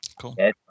Cool